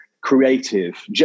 creative